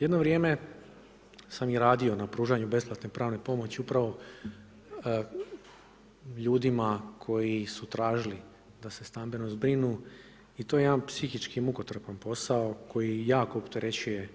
Jedno vrijeme sam i radio na pružanju besplatne pravne pomoći upravo ljudima koji su tražili da se stambeno zbrinu i to je jedan psihički mukotrpan posao koji jako opterećuje